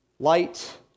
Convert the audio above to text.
Light